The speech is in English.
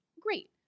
Great